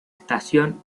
estación